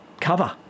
Cover